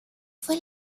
fue